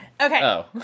Okay